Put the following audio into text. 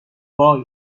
وای